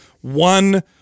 one